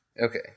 Okay